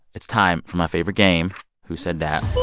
it's time for my favorite game, who said that